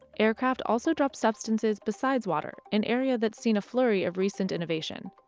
aircraft also drop substances besides water, an area that's seen a flurry of recent innovation.